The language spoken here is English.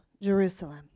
Jerusalem